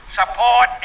support